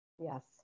Yes